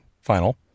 final